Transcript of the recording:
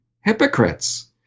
hypocrites